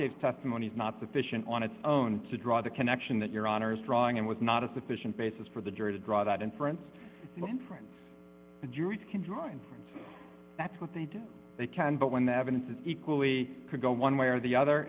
gave testimony is not sufficient on its own to draw the connection that your honor is drawing and was not a sufficient basis for the jury to draw that inference inference the jury can draw and that's what they do they can but when the evidence is equally to go one way or the other